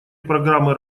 программы